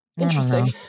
Interesting